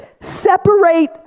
Separate